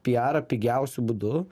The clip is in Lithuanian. pijarą pigiausiu būdu